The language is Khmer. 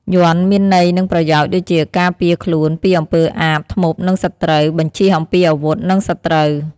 យ័ន្ត មានន័យ និងប្រយោជន៍ដូចជាការពារខ្លួនពីអំពើអាប ធ្មប់ និងសត្រូវ បញ្ជៀសអំពីអាវុធ និងសត្រូវ។